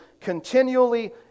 continually